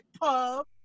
pub